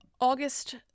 August